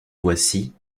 voici